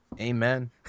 Amen